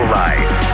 life